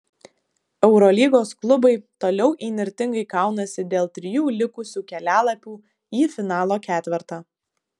eurolygos klubai toliau įnirtingai kaunasi dėl trijų likusių kelialapių į finalo ketvertą